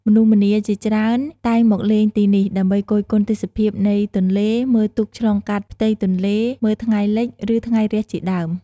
មនុស្សម្នាជាច្រើនតែងមកលេងទីនេះ ដើម្បីគយគន់ទេសភាពនៃទន្លេ មើលទូកឆ្លងកាត់ផ្ទៃទន្លេ មើលថ្ងៃលិច ឬថ្ងៃរះជាដើម។